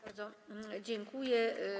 Bardzo dziękuję.